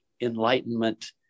enlightenment